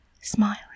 smiling